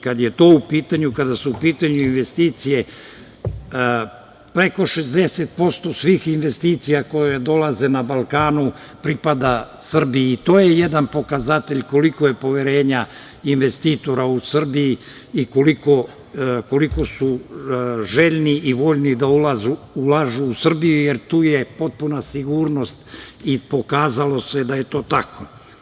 Kada su u pitanju investicije, preko 60% svih investicija koje dolaze na Balkanu, pripada Srbiji i to je jedan pokazatelj, koliko je poverenja investitora u Srbiji, i koliko su željni i voljni da ulažu u Srbiju, jer tu je potpuna sigurnost i pokazalo se da je to tako.